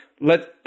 let